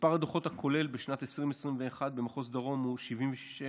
מספר הדוחות הכולל בשנת 2021 במחוז דרום הוא 76,973,